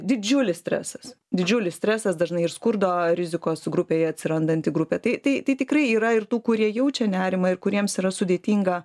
didžiulis stresas didžiulis stresas dažnai ir skurdo rizikos grupėje atsirandanti grupė tai tai tai tikrai yra ir tų kurie jaučia nerimą ir kuriems yra sudėtinga